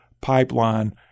pipeline